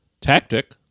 tactic